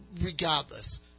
Regardless